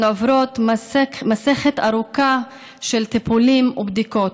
הן עוברות מסכת ארוכה של טיפולים ובדיקות,